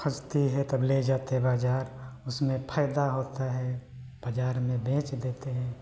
फंसती है तब ले जाते बाज़ार उसमें फ़ायदा होता है बाज़ार में बेच देते हैं